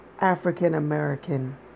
African-American